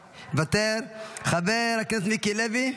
מוותר, חבר הכנסת מיקי לוי,